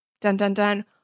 dun-dun-dun